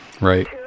Right